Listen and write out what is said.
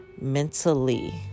mentally